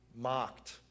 mocked